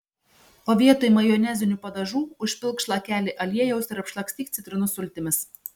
o vietoj majonezinių padažų užpilk šlakelį aliejaus ir apšlakstyk citrinų sultimis